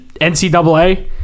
NCAA